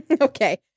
Okay